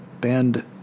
band